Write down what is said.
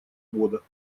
водах